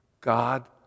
God